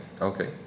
Okay